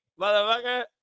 motherfucker